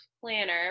planner